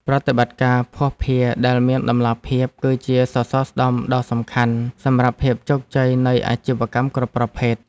ប្រតិបត្តិការភស្តុភារដែលមានតម្លាភាព គឺជាសសរស្តម្ភដ៏សំខាន់សម្រាប់ភាពជោគជ័យនៃអាជីវកម្មគ្រប់ប្រភេទ។